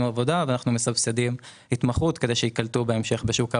עבודה ואנחנו מסבסדים התמחות כדי שייקלטו בהמשך בשוק העבודה.